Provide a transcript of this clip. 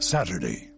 Saturday